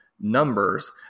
numbers